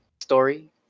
story